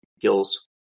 Gill's